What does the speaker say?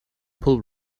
pull